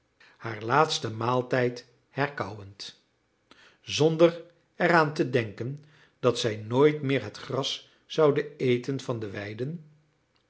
haar laatsten maaltijd herkauwend zonder eraan te denken dat zij nooit meer het gras zouden eten van de weiden